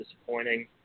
disappointing